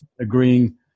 agreeing